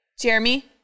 Jeremy